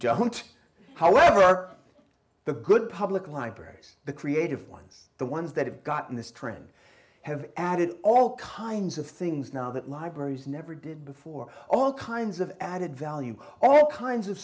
don't however the good public libraries the creative ones the ones that have gotten this trend have added all kinds of things now that libraries never did before all kinds of added value all kinds of